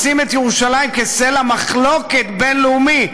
לשים את ירושלים כסלע מחלוקת בין-לאומי,